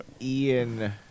Ian